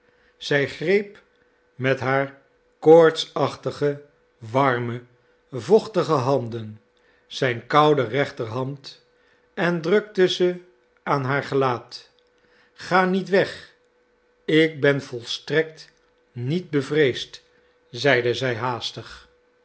zij greep met haar koortsachtige warme vochtige handen zijn koude rechterhand en drukte ze aan haar gelaat ga niet weg ik ben volstrekt niet bevreesd zeide zij haastig